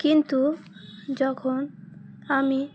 কিন্তু যখন আমি